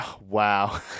wow